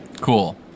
Cool